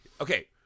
okay